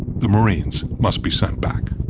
the marines must be sent back.